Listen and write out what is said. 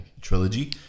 trilogy